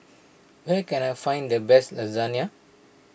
where can I find the best Lasagne